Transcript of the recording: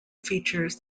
features